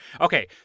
Okay